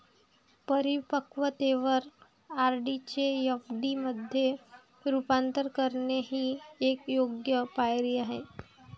परिपक्वतेवर आर.डी चे एफ.डी मध्ये रूपांतर करणे ही एक योग्य पायरी आहे